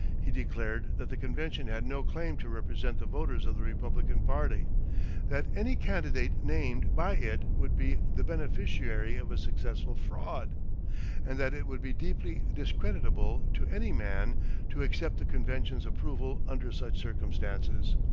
he declared that the convention had no claim to represent the voters of the republican party that any candidate named by it would be the beneficiary of a successful fraud and that it would be deeply discreditable to any man to accept the convention's approval under such circumstances.